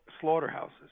slaughterhouses